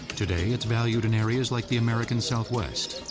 today it's valued in areas like the american southwest.